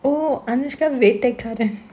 oh anushka Vettaikaran